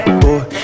boy